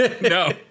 No